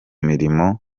mirimo